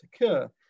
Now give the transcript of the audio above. occur